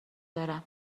برم